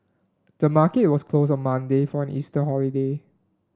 the market was closed on Monday for an Easter holiday